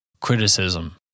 criticism